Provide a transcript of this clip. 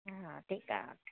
हा ठीकु आहे